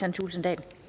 (Annette Lind):